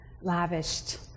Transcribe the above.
Lavished